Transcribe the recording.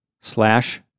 slash